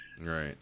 Right